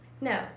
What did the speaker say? no